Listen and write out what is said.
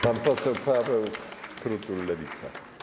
Pan poseł Paweł Krutul, Lewica.